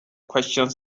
questions